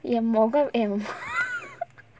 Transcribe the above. எ மோகம் எ:ye mokam ye